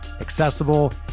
accessible